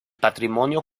patrimonio